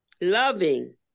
loving